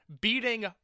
beating